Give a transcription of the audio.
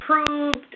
approved